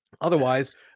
otherwise